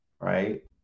right